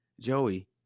Joey